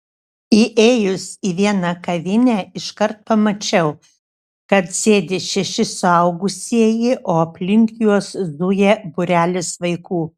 įėjus į vieną kavinę iškart pamačiau kad sėdi šeši suaugusieji o aplink juos zuja būrelis vaikų